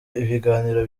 ibiganiro